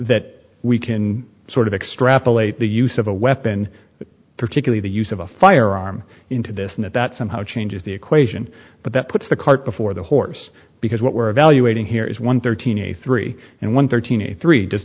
that we can sort of extrapolate the use of a weapon particularly the use of a firearm into this and that that somehow changes the equation but that puts the cart before the horse because what we're evaluating here is one thirteen a three and one thirteen a three does